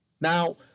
Now